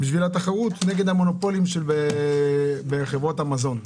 בשביל התחרות נגד המונופולים בחברות המזון.